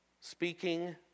speaking